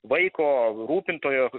vaiko rūpintojo